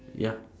ya